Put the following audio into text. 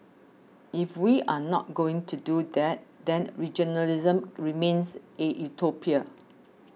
if we are not going to do that then regionalism remains a utopia